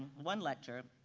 one lecture,